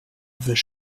veux